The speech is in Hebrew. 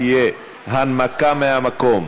תהיה הנמקה מהמקום